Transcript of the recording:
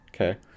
okay